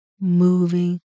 moving